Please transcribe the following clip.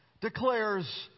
declares